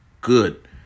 good